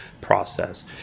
process